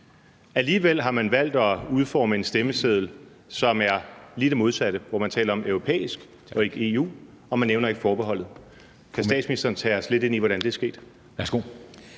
Alligevel har man valgt at udforme en stemmeseddel, som er lige det modsatte, hvor man taler om europæisk og ikke EU, og man nævner ikke forbeholdet. Kan statsministeren tage os lidt ind i, hvordan det er sket?